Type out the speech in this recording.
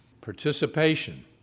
participation